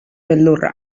beldurra